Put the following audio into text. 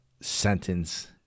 sentence